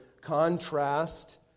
contrast